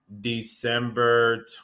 December